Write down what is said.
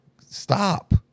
stop